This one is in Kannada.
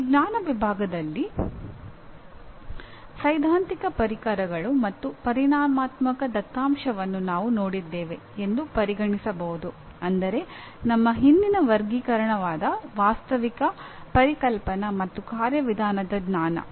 ಈ ಜ್ಞಾನ ವಿಭಾಗಗಳಲ್ಲಿ ಸೈದ್ಧಾಂತಿಕ ಪರಿಕರಗಳು ಮತ್ತು ಪರಿಮಾಣಾತ್ಮಕ ದತ್ತಾಂಶವನ್ನು ನಾವು ನೋಡಿದ್ದೇವೆ ಎಂದು ಪರಿಗಣಿಸಬಹುದು ಅಂದರೆ ನಮ್ಮ ಹಿಂದಿನ ವರ್ಗೀಕರಣವಾದ ವಾಸ್ತವಿಕ ಪರಿಕಲ್ಪನಾ ಮತ್ತು ಕಾರ್ಯವಿಧಾನದ ಜ್ಞಾನ